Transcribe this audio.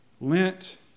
Lent